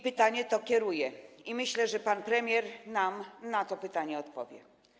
Pytanie to kieruję i myślę, że pan premier nam na to pytanie odpowie.